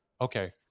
Okay